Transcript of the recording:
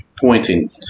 pointing